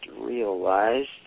realized